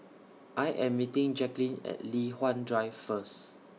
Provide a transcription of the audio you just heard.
I Am meeting Jaqueline At Li Hwan Drive First